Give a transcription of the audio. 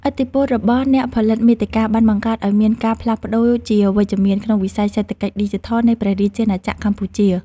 ឥទ្ធិពលរបស់អ្នកផលិតមាតិកាបានបង្កើតឱ្យមានការផ្លាស់ប្តូរជាវិជ្ជមានក្នុងវិស័យសេដ្ឋកិច្ចឌីជីថលនៃព្រះរាជាណាចក្រកម្ពុជា។